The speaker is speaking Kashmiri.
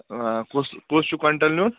آ کُس کُس چھُ کۅنٹَل نِیُن